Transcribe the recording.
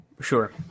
Sure